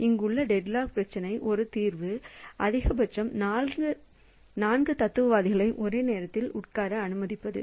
இங்குள்ள டெட்லாக் பிரச்சினைக்கு ஒரு தீர்வு அதிகபட்சம் 4 தத்துவவாதிகளை ஒரே நேரத்தில் உட்கார அனுமதிப்பது